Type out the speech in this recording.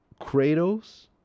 Kratos